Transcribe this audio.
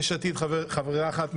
ליש עתיד חברה אחת,